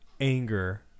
anger